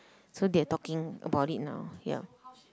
so they are talking about it now